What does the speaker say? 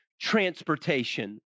transportation